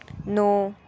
नौ